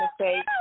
say